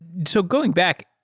so going back,